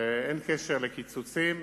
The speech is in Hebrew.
אין קשר לקיצוצים.